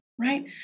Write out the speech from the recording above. right